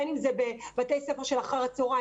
בין אם זה בבתי ספר של אחר הצוהריים,